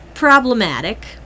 Problematic